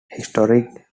historic